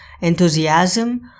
enthusiasm